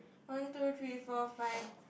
one two three four five